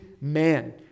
man